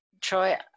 Troy